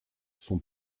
son